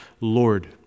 Lord